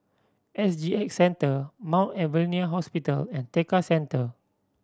S G X Centre Mount Alvernia Hospital and Tekka Centre